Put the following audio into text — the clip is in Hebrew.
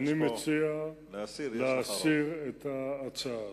אני מציע להסיר את ההצעה הזאת.